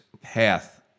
path